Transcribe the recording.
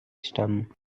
stamm